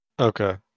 Okay